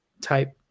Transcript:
type